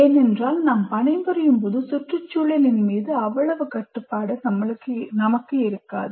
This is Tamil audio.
ஏனென்றால் நாம் பணிபுரியும் போது சுற்றுச்சூழலின் மீது அவ்வளவு கட்டுப்பாடு நமக்கு இருக்காது